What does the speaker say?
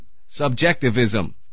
Subjectivism